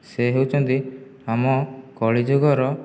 ସେ ହେଉଛନ୍ତି ଆମ କଳିଯୁଗର